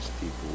people